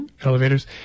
elevators